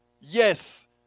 Yes